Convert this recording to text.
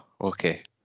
Okay